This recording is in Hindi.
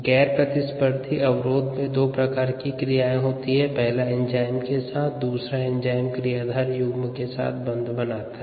गैर प्रतिस्पर्धी अवरोध में दो प्रकार की क्रियाएँ होती है पहला एंजाइम के साथ और दूसरा एंजाइम क्रियाधार युग्म के साथ बंध बनाता है